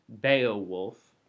Beowulf